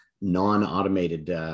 non-automated